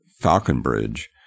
Falconbridge